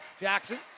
Jackson